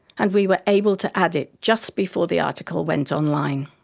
and we were able to add it just before the article went online.